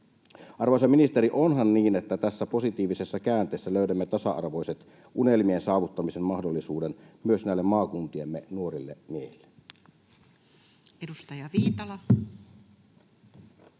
Arvoisa ministeri, onhan niin, että tässä positiivisessa käänteessä löydämme tasa-arvoiset unelmien saavuttamisen mahdollisuudet myös näille maakuntiemme nuorille miehille?